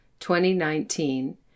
2019